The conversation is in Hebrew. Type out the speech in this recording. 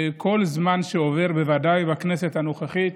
כל זמן שעובר, בוודאי בכנסת הנוכחית,